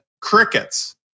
crickets